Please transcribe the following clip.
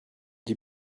die